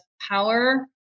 power